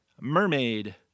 mermaid